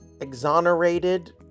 exonerated